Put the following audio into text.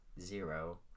zero